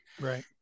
Right